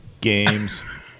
Games